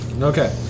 Okay